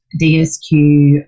DSQ